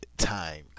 time